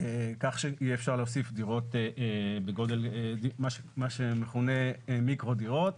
כך שיהיה אפשר להוסיף דירות בגודל מה שמכונה מיקרו-דירות